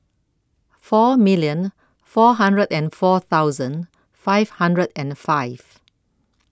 four million four hundred and four thousand five hundred and five